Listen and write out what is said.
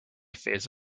phase